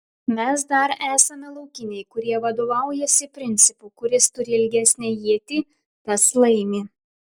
mes dar esame laukiniai kurie vadovaujasi principu kuris turi ilgesnę ietį tas laimi